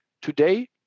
today